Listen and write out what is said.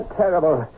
terrible